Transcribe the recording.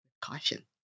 caution